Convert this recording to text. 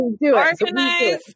Organize